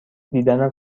دیدنت